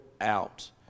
out